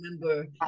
remember